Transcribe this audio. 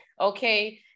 Okay